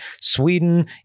Sweden